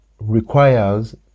requires